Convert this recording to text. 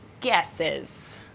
guesses